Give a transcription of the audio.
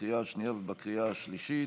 לקריאה השנייה ולקריאה השלישית.